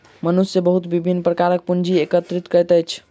मनुष्य बहुत विभिन्न प्रकारक पूंजी एकत्रित करैत अछि